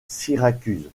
syracuse